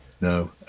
No